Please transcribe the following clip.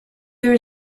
there